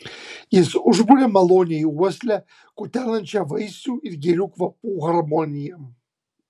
jis užburia maloniai uoslę kutenančią vaisių ir gėlių kvapų harmonija